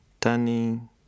turning